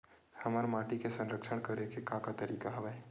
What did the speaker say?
हमर माटी के संरक्षण करेके का का तरीका हवय?